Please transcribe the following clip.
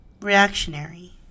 reactionary